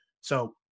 So-